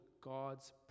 God's